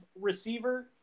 Receiver